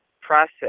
process